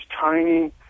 tiny